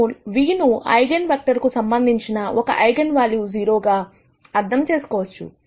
మనము v ను eigen vector కు సంబంధించిన ఒక ఐగన్ వాల్యూ 0 గా అర్థం చేసుకోవచ్చు